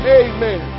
amen